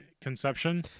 conception